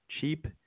cheap